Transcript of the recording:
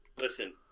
listen